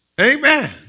Amen